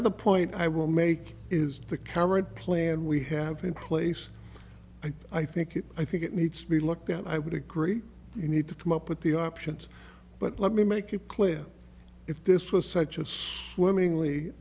other point i will make is the current plan we have in place i think it i think it needs to be looked at i would agree you need to come up with the options but let me make it clear if this was such a swimming